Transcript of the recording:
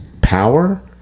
power